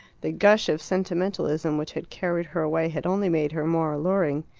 the gush of sentimentalism which had carried her away had only made her more alluring.